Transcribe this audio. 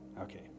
okay